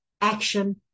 action